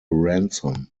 ransom